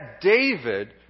David